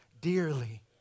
dearly